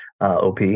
op